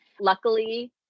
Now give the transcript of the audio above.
Luckily